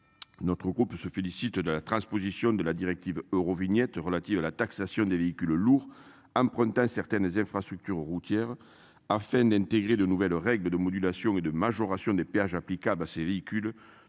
Notre groupe se félicite de la transposition de la directive Eurovignette relative à la taxation des véhicules lourds. Empruntant certaines infrastructures routières afin d'intégrer de nouvelles règles de modulation et de majoration des péages applicable à ces véhicules